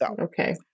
okay